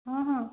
ହଁ ହଁ